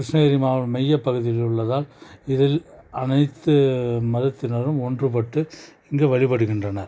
கிருஷ்ணகிரி மாவ மையப்பகுதியில் உள்ளதால் இதில் அனைத்து மதத்தினரும் ஒன்றுபட்டு இங்கு வழிப்படுகின்றனர்